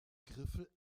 griffel